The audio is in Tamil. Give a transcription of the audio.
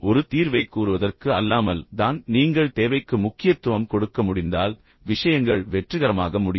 ஒரு தீர்வை கூறுவதற்கு அல்லாமல் தான் நீங்கள் தேவைக்கு முக்கியத்துவம் கொடுக்க முடிந்தால் விஷயங்கள் வெற்றிகரமாக முடியும்